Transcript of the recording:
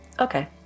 Okay